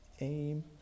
aim